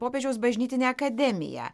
popiežiaus bažnytinę akademiją